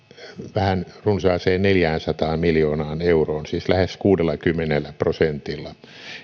vähän runsaaseen neljäänsataan miljoonaan euroon siis lähes kuudellakymmenellä prosentilla